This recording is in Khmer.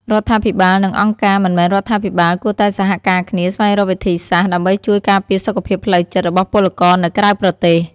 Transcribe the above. រដ្ឋាភិបាល និងអង្គការមិនមែនរដ្ឋាភិបាលគួរតែសហការគ្នាស្វែងរកវិធីសាស្ត្រ ដើម្បីជួយការពារសុខភាពផ្លូវចិត្តរបស់ពលករនៅក្រៅប្រទេស។